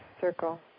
circle